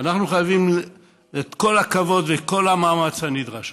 אנחנו חייבים את כל הכבוד ואת כל המאמץ הנדרש.